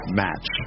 match